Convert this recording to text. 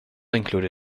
included